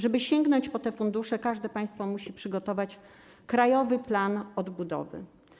Żeby sięgnąć po te fundusze, każde państwo musi przygotować Krajowy Plan Odbudowy.